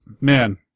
man